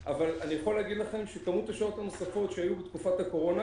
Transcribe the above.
אבל כמות השעות הנוספות שהיו בתקופת הקורונה